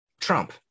Trump